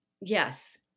Yes